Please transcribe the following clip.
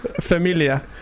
Familia